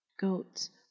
goats